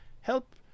help